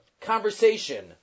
conversation